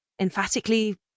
emphatically